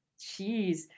Jeez